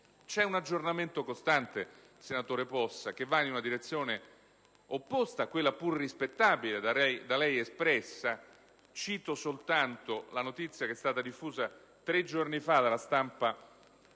C'è un aggiornamento costante, senatore Possa, che va in una direzione opposta a quella, pur rispettabile, da lei espressa. Cito soltanto la notizia che è stata diffusa tre giorni fa dalla stampa